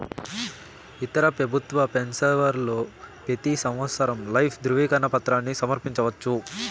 ఇతర పెబుత్వ పెన్సవర్లు పెతీ సంవత్సరం లైఫ్ దృవీకరన పత్రాని సమర్పించవచ్చు